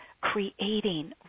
creating